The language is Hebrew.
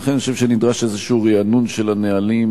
לכן אני חושב שנדרש איזשהו רענון של הנהלים,